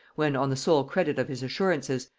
when, on the sole credit of his assurances,